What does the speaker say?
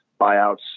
buyouts